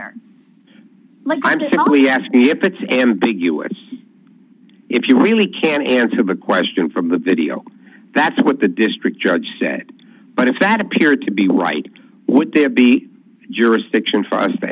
clear like i'm simply asking if it's ambiguous if you really can answer the question from the video that's what the district judge said but if that appeared to be right what there be jurisdiction for us to